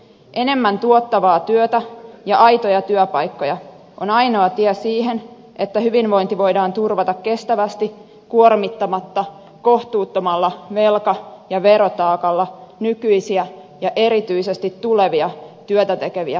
enemmän tuottavaa työtä ja aitoja työpaikkoja on ainoa tie siihen että hyvinvointi voidaan turvata kestävästi kuormittamatta kohtuuttomalla velka ja verotaakalla nykyisiä ja erityisesti tulevia työtä tekeviä sukupolvia